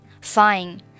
Fine